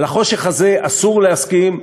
לחושך הזה אסור להסכים,